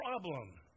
problem